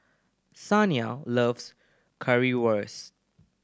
Saniya loves Currywurst